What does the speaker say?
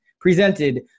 presented